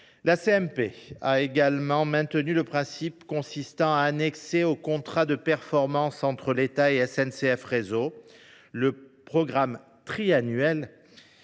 a également maintenu le principe consistant à annexer au contrat de performance entre l’État et SNCF Réseau le programme triennal